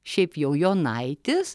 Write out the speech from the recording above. šiaip jau jonaitis